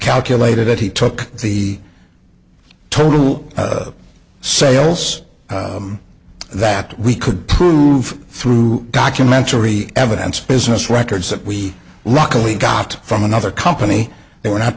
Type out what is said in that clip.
calculated that he took the total sales that we could prove through documentary evidence business records that we rock only got from another company they were not